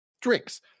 drinks